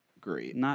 great